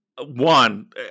one